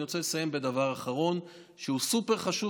אני רוצה לסיים בדבר האחרון, שהוא סופר-חשוב.